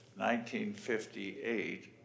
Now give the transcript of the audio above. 1958